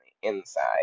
inside